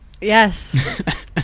Yes